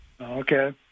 Okay